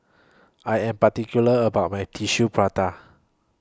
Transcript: I Am particular about My Tissue Prata